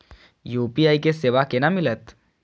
UPI के सेवा केना मिलत?